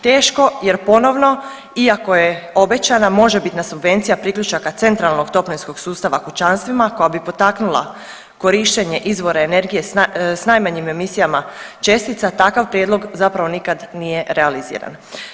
Teško jer ponovno iako je obećana možebitna subvencija priključaka centralnog toplinskog sustava kućanstvima koja bi potaknula korištenje izvora energije s najmanjim emisijama čestica takav prijedlog zapravo nikad nije realiziran.